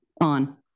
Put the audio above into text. on